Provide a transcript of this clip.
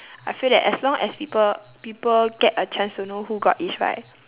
I feel that as long as people people get a chance to know who god is right